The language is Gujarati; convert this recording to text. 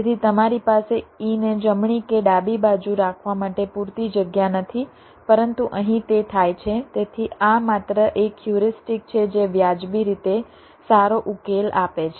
તેથી તમારી પાસે e ને જમણી કે ડાબી બાજુ રાખવા માટે પૂરતી જગ્યા નથી પરંતુ અહીં તે થાય છે તેથી આ માત્ર એક હ્યુરિસ્ટિક છે જે વ્યાજબી રીતે સારો ઉકેલ આપે છે